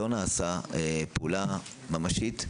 לא נעשתה פעולה ממשית ואמיתית,